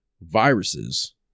viruses